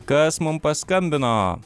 kas mum paskambino